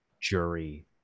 jury